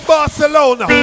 Barcelona